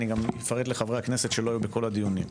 אני גם אפרט לחברי הכנסת שלא היו בכל הדיונים.